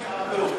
במקום התעמלות.